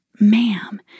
ma'am